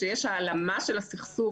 שיש העלמה של הסכסוך,